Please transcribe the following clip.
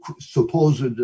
supposed